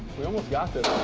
we almost got this.